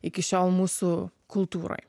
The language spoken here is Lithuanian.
iki šiol mūsų kultūroj